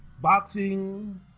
boxing